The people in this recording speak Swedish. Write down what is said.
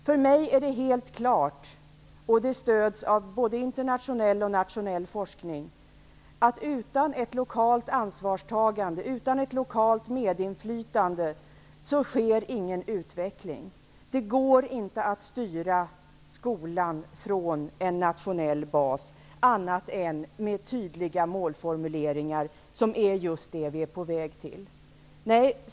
För mig är det helt klart -- och det stöds av både internationell och nationell forskning -- att utan ett lokalt ansvarstagande och utan ett lokalt medinflytande sker ingen utveckling. Det går inte att styra skolan från en nationell bas, annat än med tydliga målformuleringar, och det är just vad vi är på väg mot.